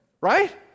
right